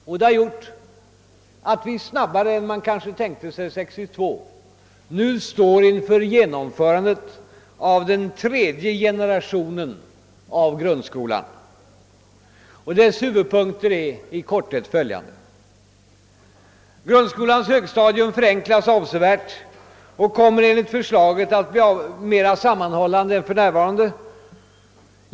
Detta har gjort att vi snabbare än man tänkte sig år 1962 nu står inför genomförandet av den tredje generationen av grundskolan. Dess huvudpunkter är i korthet följande: Grundskolans högstadium förenklas avsevärt och kommer enligt förslaget att bli mera sammanhållande än för närvarande.